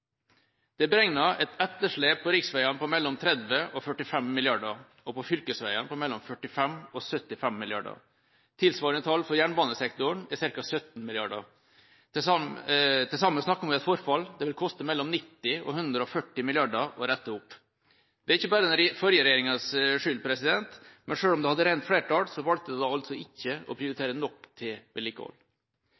Det er beregnet et etterslep på riksveiene på mellom 30 mrd. kr og 45 mrd. kr, og på fylkesveiene på mellom 45 mrd. kr og 75 mrd. kr. Tilsvarende tall for jernbanesektoren er ca. 17 mrd. kr. Til sammen snakker vi om et forfall som det vil koste mellom 90 mrd. kr og 140 mrd. kr å rette opp. Det er ikke bare den forrige regjeringas skyld, men selv om de hadde rent flertall, valgte de ikke å